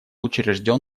учрежден